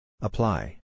Apply